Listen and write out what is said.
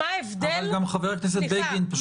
מה ההבדל --- אבל גם חבר הכנסת בגין --- סליחה,